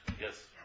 Yes